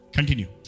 Continue